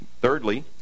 Thirdly